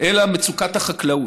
אלא מצוקת החקלאות.